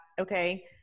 Okay